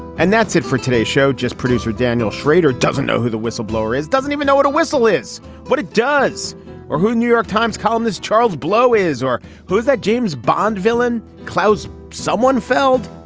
and that's it for today show just producer daniel schrader doesn't know who the whistleblower is doesn't even know what a whistle is what it does or who new york times columnist charles blow is or who's that james bond villain clowes. someone felt.